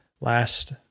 last